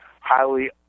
highly